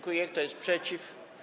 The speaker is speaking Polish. Kto jest przeciw?